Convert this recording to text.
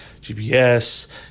GPS